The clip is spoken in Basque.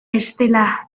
bestela